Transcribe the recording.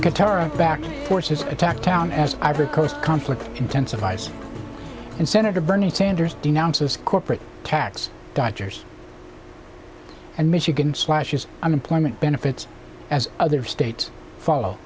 caetera back forces attacked town as ivory coast conflict intensifies and senator bernie sanders denounces corporate tax dodgers and michigan slashes unemployment benefits as other states follow